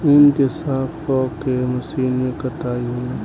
ऊँन के साफ क के मशीन से कताई होला